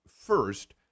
first